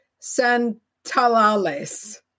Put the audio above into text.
Santalales